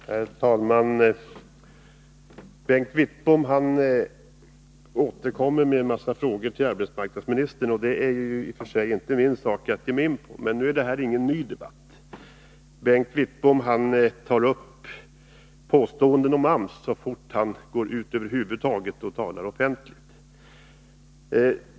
Herr talman! Bengt Wittbom återkommer med en mängd frågor till arbetsmarknadsministern. Det är i och för sig inte min sak att ge mig in på detta. Men nu är det här ingen ny debatt. Bengt Wittbom tar upp påståenden om AMS så fort han över huvud taget går ut och talar offentligt.